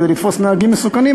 כדי לתפוס נהגים מסוכנים,